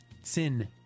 Sin